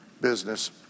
business